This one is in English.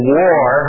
war